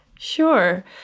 Sure